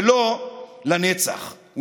ולא לנצח.